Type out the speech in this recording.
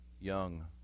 young